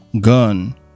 gun